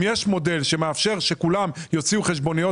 אם יש מודל שמאפשר שכולם יוציאו חשבוניות